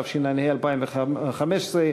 התשע"ה 2015,